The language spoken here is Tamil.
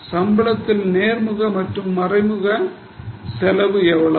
சம்பளத்தில் நேர்முக மற்றும் மறைமுக செலவு எவ்வளவு